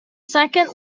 second